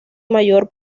mayor